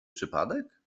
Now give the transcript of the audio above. przypadek